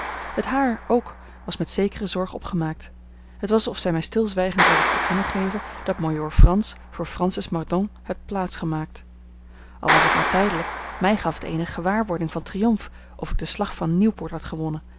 het haar ook was met zekere zorg opgemaakt het was of zij mij stilzwijgend wilde te kennen geven dat majoor frans voor francis mordaunt had plaats gemaakt al was het maar tijdelijk mij gaf het eene gewaarwording van triomf of ik den slag van nieuwpoort had gewonnen